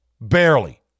Barely